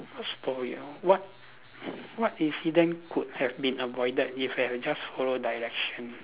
what story ah what what incident could have been avoided if you had just follow direction